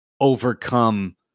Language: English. overcome